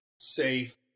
safe